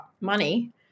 Money